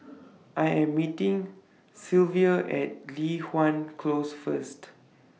I Am meeting At Li Hwan Close First